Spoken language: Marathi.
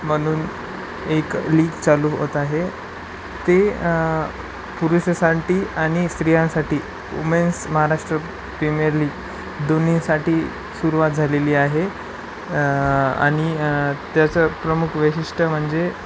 म्हणून एक लीग चालू होत आहे ते पुरुषसाठी आणि स्त्रियांसाठी वुमेन्स महाराष्ट्र प्रीमियर लीग दोन्हीसाठी सुरुवात झालेली आहे आणि त्याचं प्रमुख वैशिष्ट म्हणजे